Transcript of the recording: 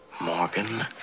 Morgan